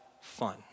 fun